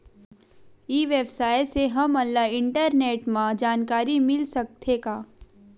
ई व्यवसाय से हमन ला इंटरनेट मा जानकारी मिल सकथे का?